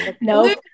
No